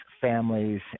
families